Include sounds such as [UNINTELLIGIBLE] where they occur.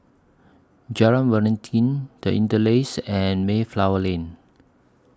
Jalan [UNINTELLIGIBLE] The Interlace and Mayflower Lane